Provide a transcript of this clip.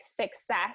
success